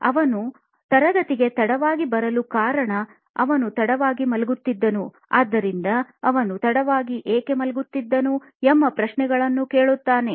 ಅದು ಅವನು ತರಗತಿಗೆ ತಡವಾಗಿ ಬರಲು ಮುಖ್ಯ ಕಾರಣ ಅವನು ತಡವಾಗಿ ಮಲಗುತ್ತಿದ್ದನು ಆದ್ದರಿಂದ ಅವನು ತಡವಾಗಿ ಏಕೆ ಮಲಗುತ್ತಿದ್ದನು ಎಂಬ ಪ್ರಶ್ನೆಗಳನ್ನು ಕೇಳುತ್ತಾನೆ